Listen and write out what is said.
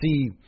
see